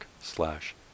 slash